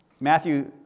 Matthew